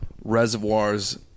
reservoirs